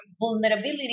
vulnerability